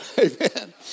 amen